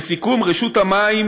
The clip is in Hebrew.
לסיכום, רשות המים